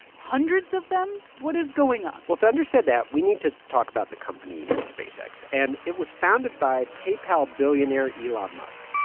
hundreds of them? what is going on? well, to understand that, we need to talk about the company, spacex. and it was founded by paypal billionaire elon musk.